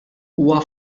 huwa